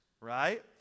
right